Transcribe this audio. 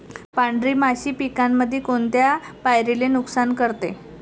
पांढरी माशी पिकामंदी कोनत्या पायरीले नुकसान करते?